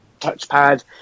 touchpad